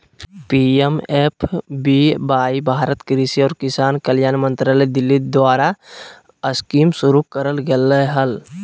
PMFBY Bharat कृषि और किसान कल्याण मंत्रालय दिल्ली द्वारास्कीमशुरू करल गेलय हल